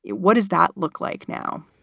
what does that look like now?